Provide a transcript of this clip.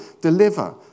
deliver